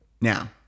now